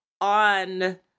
on